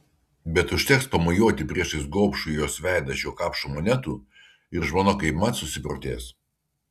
bet užteks pamojuoti priešais gobšų jos veidą šiuo kapšu monetų ir žmona kaipmat susiprotės